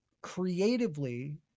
creatively